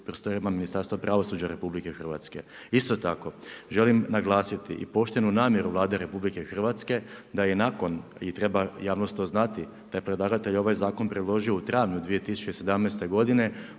u prostornijima Ministarstva pravosuđa RH. Isto tako, želim naglasiti i poštenu namjenu Vlade RH, da i nakon i treba javnost to znati, da je predlagatelj ovaj zakon predložio u travnju 2017. godine.